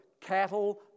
cattle